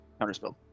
Counterspell